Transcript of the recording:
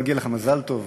מגיע לך מזל טוב.